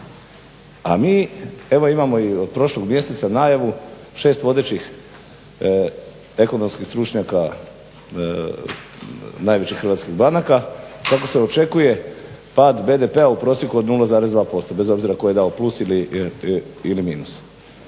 A mi evo imamo i od prošlog mjeseca najavu, 6 vodećih ekonomskih stručnjaka najvećih Hrvatskih banaka, kako se očekuje pad BDP-a u prosjeku od 0,2% bez obzirat ko je dao plus ili minus.